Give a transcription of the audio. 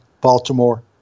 Baltimore